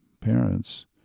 parents